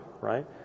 right